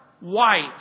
white